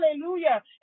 hallelujah